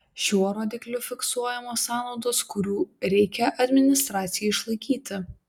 šiuo rodikliu fiksuojamos sąnaudos kurių reikia administracijai išlaikyti